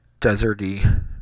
deserty